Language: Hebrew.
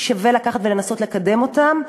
שווה לנסות לקדם אותן.